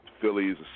Phillies